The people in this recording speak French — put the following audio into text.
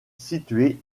situé